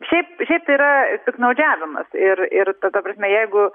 šiaip šiaip tai yra piktnaudžiavimas ir ir ta ta prasme jeigu